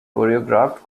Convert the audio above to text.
choreographed